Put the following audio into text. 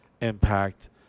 impact